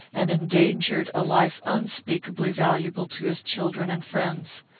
and endangered a life unspeakably valuable to his children and friends.